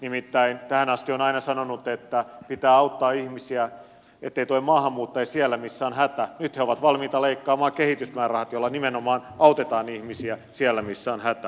nimittäin tähän asti he ovat aina sanoneet että pitää auttaa ihmisiä ettei tule maahanmuuttajia siellä missä on hätä nyt he ovat valmiita leikkaamaan kehitysmäärärahat joilla nimenomaan autetaan ihmisiä siellä missä on hätä